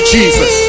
Jesus